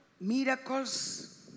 miracles